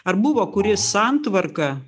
ar buvo kuri santvarka